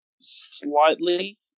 slightly